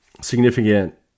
significant